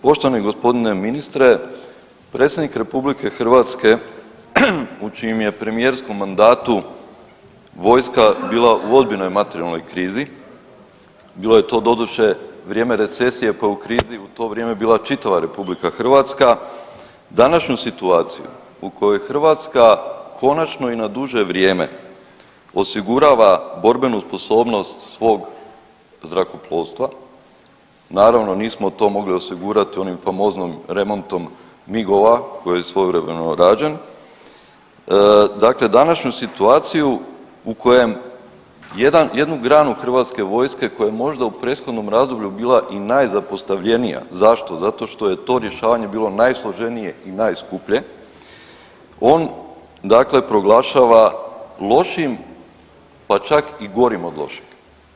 Poštovani gospodine ministre predsjednik RH u čijem je premijerskom mandatu vojska bila u ozbiljnoj materijalnoj krizi, bilo je to doduše vrijeme recesije pa je u krizi u to vrijeme bila čitava RH, današnju situaciju u kojoj Hrvatska konačno i na duže vrijeme osigurava borbenu sposobnost svog zrakoplovstva, naravno nismo to mogli osigurati onim famoznim remontom MIG-ova koji je svojedobno rađen, dakle današnju situaciju u kojem jednu granu Hrvatske vojske koja je možda u prethodnom razdoblju bila i najzapostavljenija, zašto, zato što to rješavanje bilo najsloženije i najskuplje, on dakle proglašava lošim pa čak i gorim od lošeg.